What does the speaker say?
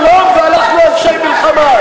שלום ואנחנו אנשי מלחמה.